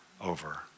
over